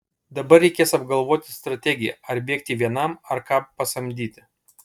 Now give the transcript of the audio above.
dabar reikės apgalvoti strategiją ar bėgti vienam ar ką pasamdyti